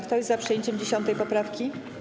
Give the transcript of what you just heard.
Kto jest za przyjęciem 10. poprawki?